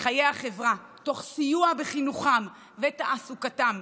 בחיי החברה, תוך סיוע בחינוכם ותעסוקתם,